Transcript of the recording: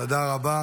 תודה רבה.